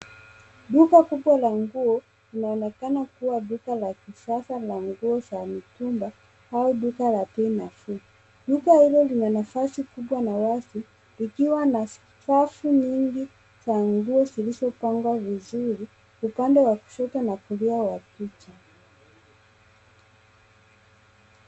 Duka kubwa la nguo laonekana kuwa duka la kisasa la nguo za mitumba au duka la bei nafuu. Duka hilo lina nafasi kubwa na wazi vikiwa na safu nyingi za nguo zilizopangwa vizuri upande wa kushoto na kulia wa picha.